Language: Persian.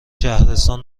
شهرستان